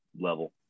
level